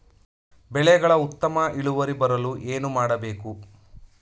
ಬೆಳೆಗಳ ಉತ್ತಮ ಇಳುವರಿ ಬರಲು ಏನು ಮಾಡಬೇಕು?